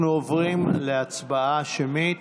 אנחנו עוברים להצבעה שמית.